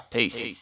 Peace